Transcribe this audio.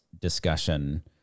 discussion